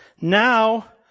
Now